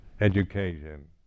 education